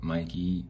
Mikey